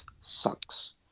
sucks